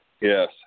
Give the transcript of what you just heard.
Yes